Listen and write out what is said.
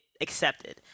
accepted